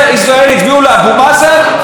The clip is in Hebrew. כל דבר, אבו מאזן, אבו מאזן.